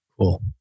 Cool